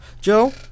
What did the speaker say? Joe